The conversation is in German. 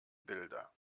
bilder